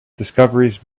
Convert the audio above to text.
discoveries